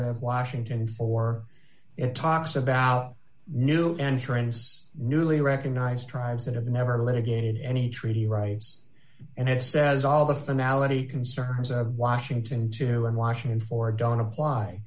of washington for it talks about new entrance newly recognized tribes that have never been litigated any treaty rights and it says all the finale concerns of washington to washington for don't apply